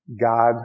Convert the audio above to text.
God